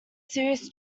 serious